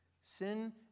Sin